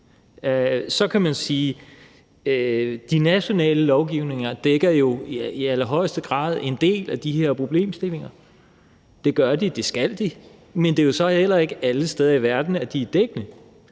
Så kan man sige, at de nationale lovgivninger i allerhøjeste grad dækker en del af de her problemstillinger. Det gør de, og det skal de. Men det er jo så heller ikke alle steder i verden, at de er dækkende.